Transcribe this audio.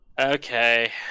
Okay